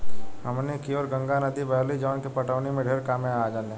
हमनी कियोर गंगा नद्दी बहेली जवन की पटवनी में ढेरे कामे आजाली